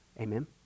Amen